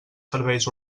serveis